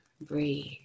breathe